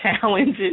challenges